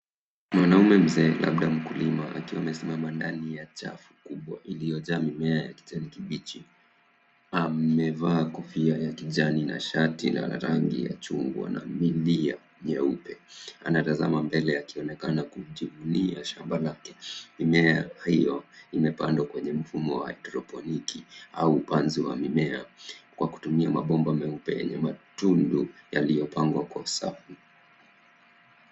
Mwanaume mzee labda mkulima akiwa amesimama ndani ya chafu kubwa iliyojaa mimea ya kijani kibichi amavea kofia ya kijani na shati la rangi ya chungwa na milia nyeupe. Anatazama mbele akionekana kujivunia shamba lake. Mimea hiyo imepandwa kwenye mfumo wa haedroponiki au upanzi wa mimea kwa kutumia mabomba meupe yenye matundu yaliyopangwa kwa safu.